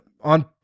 on